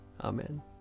Amen